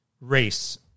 race